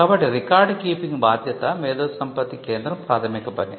కాబట్టి record keeping బాధ్యత మేధోసంపత్తి కేంద్రo ప్రాథమిక పని